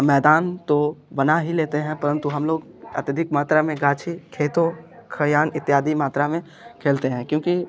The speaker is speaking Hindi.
मैदान तो बना ही लेते हैं परंतु हम लोग अत्यधिक मात्रा में गांछी खेतों खलिहान इत्यादि मात्रा में खेलते है क्योंकि